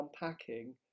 unpacking